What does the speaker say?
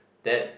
that